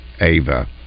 Ava